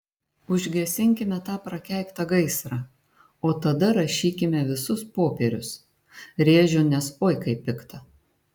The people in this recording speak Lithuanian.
užgesinkime tą prakeiktą gaisrą o tada rašykime visus popierius rėžiu nes oi kaip pikta